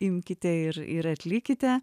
imkite ir ir atlikite